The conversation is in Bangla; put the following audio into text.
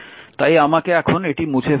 তাই আমাকে এটি মুছে ফেলতে দিন